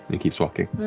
he keeps walking.